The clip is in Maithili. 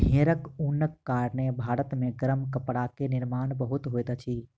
भेड़क ऊनक कारणेँ भारत मे गरम कपड़ा के निर्माण बहुत होइत अछि